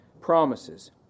promises